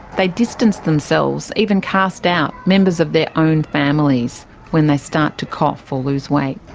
they distance themselves, even cast out members of their own families when they start to cough or lose weight.